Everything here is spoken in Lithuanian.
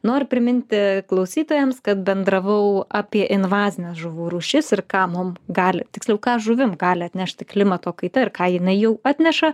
noriu priminti klausytojams kad bendravau apie invazines žuvų rūšis ir ką mum gali tiksliau ką žuvim gali atnešti klimato kaita ir ką jinai jau atneša